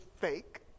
fake